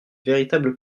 véritable